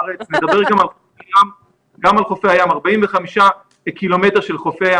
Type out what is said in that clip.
נדבר גם על חופי הים, 45 ק"מ של חופי ים.